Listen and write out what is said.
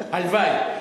הלוואי.